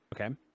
Okay